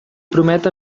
promet